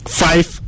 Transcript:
five